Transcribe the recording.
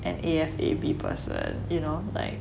an A_F_A_B person you know like